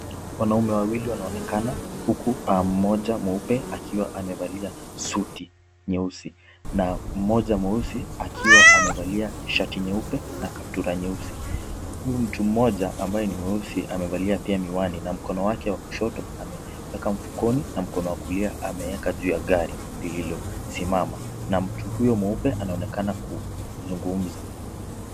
Wanaume wawili wanaonekana huku mmoja mweupe akiwa amevalia suti nyeusi na mmoja mweusi akiwa amevalia shati nyeupe na kaptura nyeusi. Huyu mtu mmoja ambaye ni mweusi amevalia pia miwani na mkono wake wa kushoto ameweka mfukoni na mkono wa kulia ameweka juu ya gari lililosimama na mtu huyo mweupe anaonekana kuzungumza.